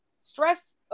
stress